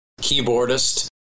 keyboardist